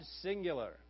singular